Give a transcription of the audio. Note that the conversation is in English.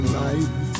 life